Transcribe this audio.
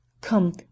Come